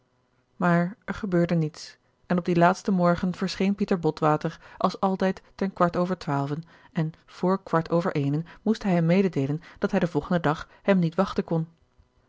maar er gebeurde niets en op dien laatsten morgen verscheen pieter botwater als altijd ten kwart over twaalven en voor kwart over eenen moest hij hem mededeelen dat hij den volgenden dag hem niet wachten kon